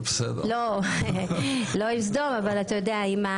לא עם סדום אבל אתה יודע,